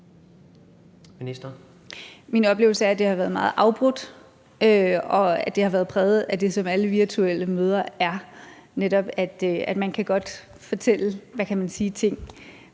Min oplevelse er, at det har været meget afbrudt, og at det har været præget af det, som alle virtuelle møder er præget af, nemlig